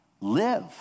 live